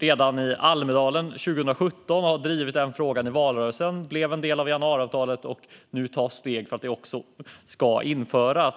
redan i Almedalen år 2017 och drev frågan i valrörelsen. Detta blev en del av januariavtalet, och nu tas steg för att det också ska införas.